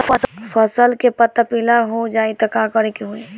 फसल के पत्ता पीला हो जाई त का करेके होई?